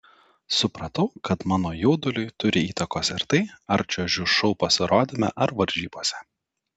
supratau kad mano jauduliui turi įtakos ir tai ar čiuožiu šou pasirodyme ar varžybose